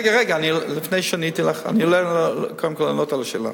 רגע, לפני שעניתי לך, קודם כול לענות על השאלה.